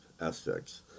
aspects